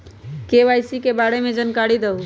KYC के बारे में जानकारी दहु?